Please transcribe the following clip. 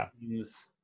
seems